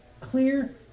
clear